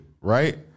right